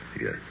yes